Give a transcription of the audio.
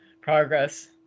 progress